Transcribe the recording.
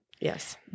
Yes